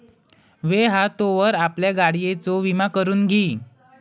वेळ हा तोवर आपल्या गाडियेचो विमा करून घी